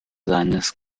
seines